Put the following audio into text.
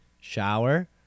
Shower